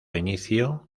inicio